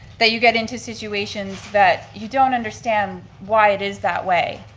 that you get into situations that you don't understand why it is that way,